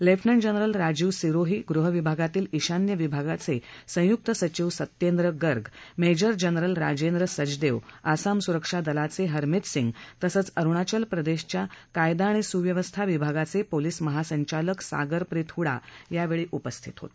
lieutenant general Rajiv Sirohi गृहविभागातील ईशान्य भागाचे संयुक्त सचिव सत्येंद्र गर्ग मेजर जनरल राजेंद्र सचदेव आसाम सुरक्षा दलाचे हरमीत सिंग तसंच अरुणाचल प्रदेशचे पोलीस कायदा आणि सुव्यवस्था विभागाचे पोलीस महासंचालक सागरप्रीत हृडा यावेळी उपस्थित होते